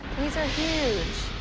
these are huge.